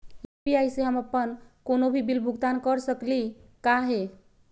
UPI स हम अप्पन कोनो भी बिल भुगतान कर सकली का हे?